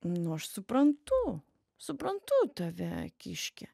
nu aš suprantu suprantu tave kiške